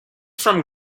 from